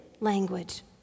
language